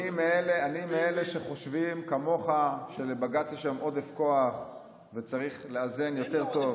אני מאלה שחושבים כמוך שלבג"ץ יש היום עודף כוח וצריך לאזן יותר טוב,